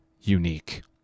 unique